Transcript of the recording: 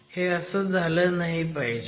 हे असं झालं नाही पाहिजे